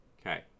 okay